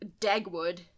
Dagwood